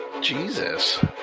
Jesus